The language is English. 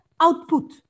output